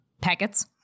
packets